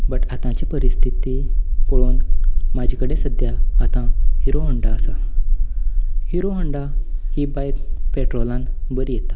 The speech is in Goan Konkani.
बट आतांची परिस्थिती पळोवन म्हाजे कडेन सद्याक आतां हिरो होण्डा आसा हिरो होण्डा ही बायक पेट्रोलाक बरी येता